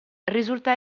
risulta